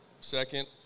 second